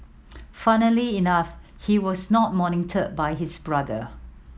funnily enough he was not mentored by his brother